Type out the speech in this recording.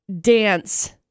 dance